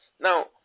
Now